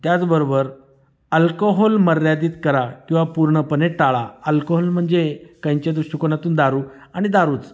त्याचबरोबर अल्कोहोल मर्यादित करा किंवा पूर्णपणे टाळा अल्कोहोल म्हणजे त्यांच्या दृष्टिकोनातून दारू आणि दारूच